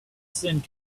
send